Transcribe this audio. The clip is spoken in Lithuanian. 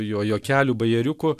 jo juokelių bajeriukų